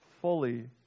fully